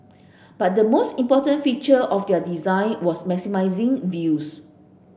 but the most important feature of their design was maximising views